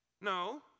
No